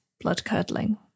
blood-curdling